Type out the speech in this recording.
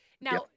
Now